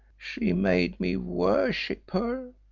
she made me worship her!